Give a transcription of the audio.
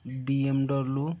BMW